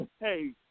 hey